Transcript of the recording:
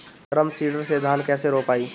Drum seeder से धान कैसे रोपाई?